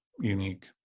unique